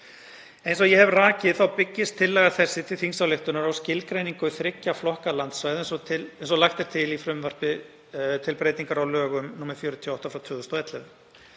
Eins og ég hef rakið þá byggist tillaga þessi til þingsályktunar á skilgreiningu þriggja flokka landsvæða eins og lagt er til í frumvarpi til breytinga á lögum nr. 48/2011.